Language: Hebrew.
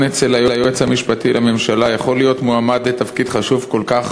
אצל היועץ המשפטי לממשלה יכול להיות מועמד לתפקיד חשוב כל כך